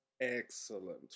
excellent